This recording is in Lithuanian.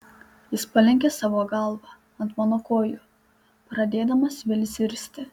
jis palenkė savo galvą ant mano kojų pradėdamas vėl zirzti